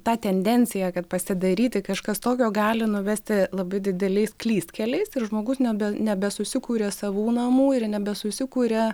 ta tendencija kad pasidairyti kažkas tokio gali nuvesti labai dideliais klystkeliais ir žmogus nebe nebesusikuria savų namų ir nebesusikuria